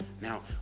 now